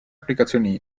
applicazioni